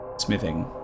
smithing